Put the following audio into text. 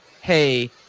Hey